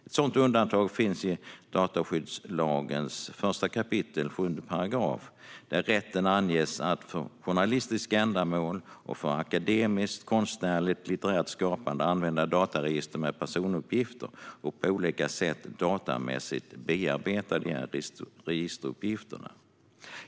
Ett sådant undantag finns i dataskyddslagens 1 kap. 7 § där rätten ges att för journalistiska ändamål och för akademiskt, konstnärligt eller litterärt skapande använda dataregister med personuppgifter och på olika sätt datamässigt bearbeta dessa registeruppgifter.